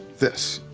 this.